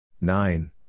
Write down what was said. Nine